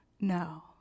No